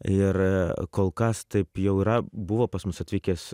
ir kol kas taip jau yra buvo pas mus atvykęs